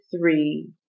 three